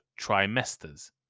trimesters